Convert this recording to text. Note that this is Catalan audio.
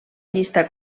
llista